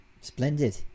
splendid